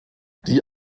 die